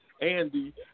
Andy